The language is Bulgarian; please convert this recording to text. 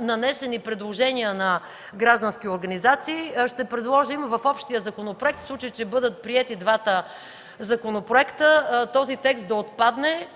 нанесени предложения на граждански организации. Ще предложим в общия законопроект, в случай че бъдат приети двата законопроекта, този текст да отпадне,